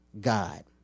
God